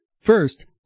First